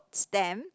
stem